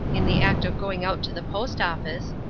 in the act of going out to the post-office,